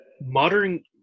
modern